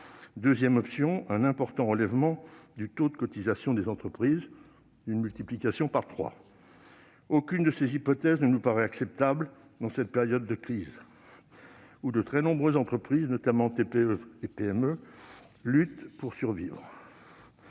serait de relever substantiellement le taux de cotisation des entreprises en le triplant. Aucune de ces hypothèses ne nous paraît acceptable dans cette période de crise, où de très nombreuses entreprises, notamment les TPE et PME, luttent pour survivre.